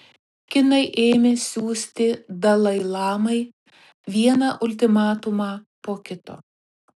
kinai ėmė siųsti dalai lamai vieną ultimatumą po kito